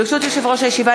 ברשות יושב-ראש הישיבה,